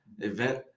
event